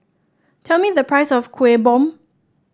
tell me the price of Kuih Bom